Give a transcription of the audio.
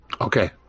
Okay